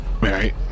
Right